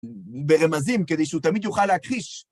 ברמזים, כדי שהוא תמיד יוכל להכחיש.